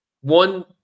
one